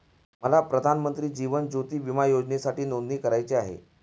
मला प्रधानमंत्री जीवन ज्योती विमा योजनेसाठी नोंदणी करायची आहे